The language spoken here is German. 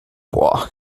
boah